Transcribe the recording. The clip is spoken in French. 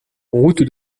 route